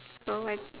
so where